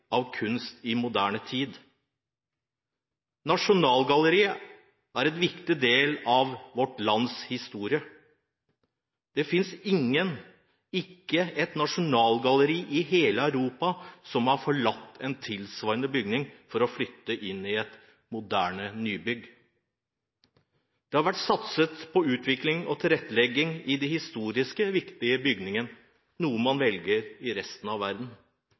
av kunst i moderne tid. Nasjonalgalleriet er en viktig del av vårt lands historie. Det finnes ikke et nasjonalgalleri i hele Europa som har forlatt en tilsvarende bygning for å flytte inn i et moderne nybygg. Det har vært satset på utvikling og tilrettelegging i den historisk viktige bygningen, noe man velger i resten av verden.